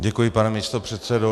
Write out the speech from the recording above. Děkuji, pane místopředsedo.